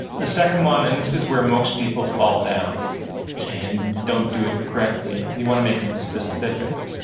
the second one, and this is where most people fall down and don't do it correctly. you want to make them specific.